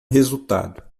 resultado